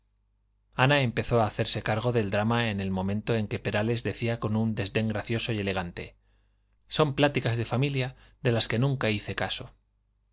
ana empezó a hacerse cargo del drama en el momento en que perales decía con un desdén gracioso y elegante son pláticas de familia de las que nunca hice caso